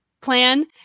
plan